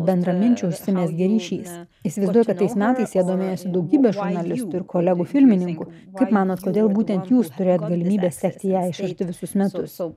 bendraminčių užsimezgė ryšys įsivaizduoju kad šiais metais ja domėjosi daugybė žurnalistų ir kolegų filmininkų kaip manot kodėl būtent jūs turėjot galimybę sekti ją iš arti visus metus